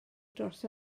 dros